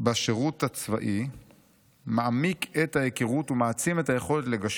בשירות הצבאי מעמיק את ההיכרות ומעצים את היכולת לגשר.